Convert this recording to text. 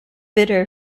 bitter